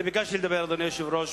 אדוני היושב-ראש,